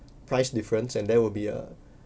price difference and there will be a